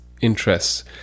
interests